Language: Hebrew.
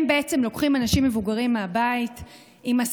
הם בעצם לוקחים אנשים מבוגרים מהבית בהסעה,